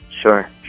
Sure